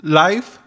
life